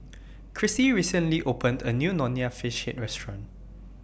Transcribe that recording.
Crissie recently opened A New Nonya Fish Head Restaurant